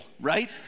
right